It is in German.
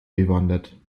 bewandert